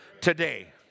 Today